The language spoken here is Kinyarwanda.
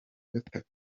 gatatu